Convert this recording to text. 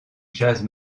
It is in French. jazz